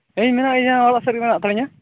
ᱦᱮᱸ ᱤᱧ ᱢᱮᱱᱟᱜ ᱤᱧᱟᱹ ᱚᱲᱟᱜ ᱥᱮᱫ ᱨᱮᱜᱮ ᱢᱮᱱᱟᱜ ᱦᱟᱛᱟᱲᱤᱧᱟᱹ